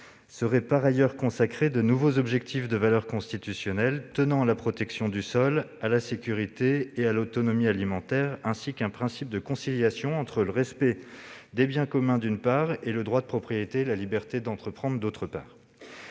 consacrés, par ailleurs, de nouveaux objectifs de valeur constitutionnelle tenant à la protection du sol, à la sécurité et à l'autonomie alimentaires, ainsi qu'un principe de conciliation entre le « respect des biens communs », d'une part, le droit de propriété et la liberté d'entreprendre, d'autre part.